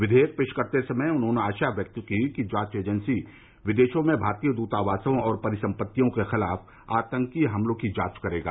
विधेयक पेश करते समय उन्होंने आशा व्यक्त की कि जांच एजेंसी विदेशों में भारतीय दृतावासों और परिसम्पत्तियों के खिलाफ आतंकी हमलों की जांच कर सकेगी